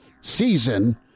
season